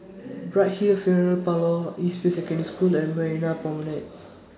Bright Hill Funeral Parlour East View Secondary School and Marina Promenade